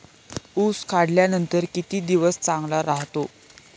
ऊस काढल्यानंतर किती दिवस चांगला राहतो?